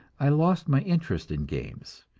i lost my interest in games,